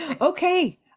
Okay